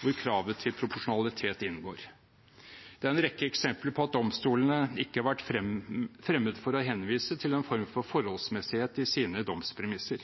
hvor kravet til proporsjonalitet inngår. Det er en rekke eksempler på at domstolene ikke har vært fremmede for å henvise til en form for forholdsmessighet i sine domspremisser.